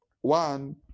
One